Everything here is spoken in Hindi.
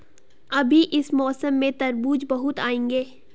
अभी इस मौसम में तरबूज बहुत आएंगे